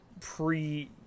pre